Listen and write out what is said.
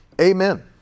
Amen